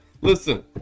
Listen